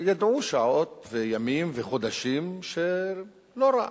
ידעו שעות, ימים וחודשים, לא רע,